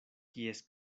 kies